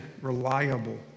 reliable